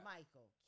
Michael